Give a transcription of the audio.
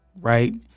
right